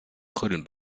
trödeln